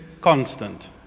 constant